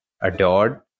adored